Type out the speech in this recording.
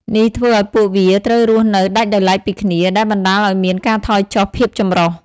នេះធ្វើឱ្យពួកវាត្រូវរស់នៅដាច់ដោយឡែកពីគ្នា ដែលបណ្តាលឱ្យមាន ការថយចុះភាពចម្រុះ។